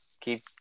Keep